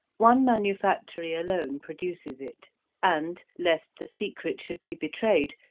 one manufactory alone produces it and, lest the secret should be betrayed,